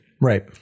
Right